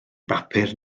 bapur